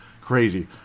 crazy